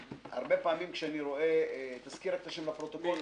הרבה פעמים כשאני רואה תזכיר את השם לפרוטוקול.